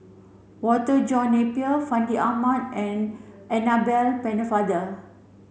Walter John Napier Fandi Ahmad and Annabel Pennefather